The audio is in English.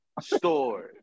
store